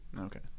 Okay